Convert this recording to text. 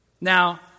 Now